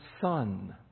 son